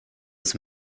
was